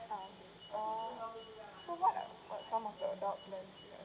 ah orh so what are some of the adult plans